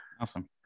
Awesome